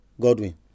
Godwin